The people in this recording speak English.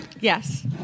Yes